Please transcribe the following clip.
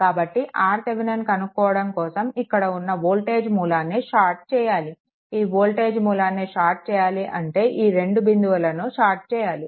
కాబట్టి RThevenin కనుక్కోవడం కోసం ఇక్కడ ఉన్న వోల్టేజ్ మూలాన్ని షార్ట్ చేయాలి ఈ వోల్టేజ్ మూలాన్ని షార్ట్ చేయాలి అంటే ఈ రెండు బిందువులను షార్ట్ చేయాలి